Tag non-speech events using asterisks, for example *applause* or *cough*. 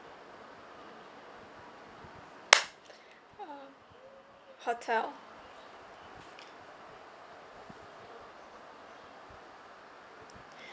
*noise* *breath* um hotel *breath*